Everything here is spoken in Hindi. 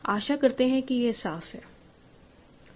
आशा करते हैं कि यह साफ है